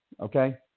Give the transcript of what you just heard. Okay